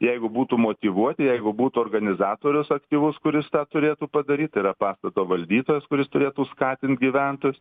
jeigu būtų motyvuoti jeigu būtų organizatorius aktyvus kuris tą turėtų padaryt yra pastato valdytojas kuris turėtų skatint gyventojus